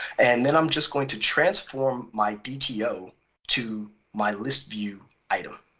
and then i'm just going to transform my bto to my listview item,